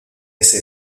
ese